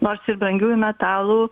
nors ir brangiųjų metalų